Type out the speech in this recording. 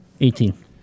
Eighteen